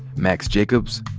max jacobs,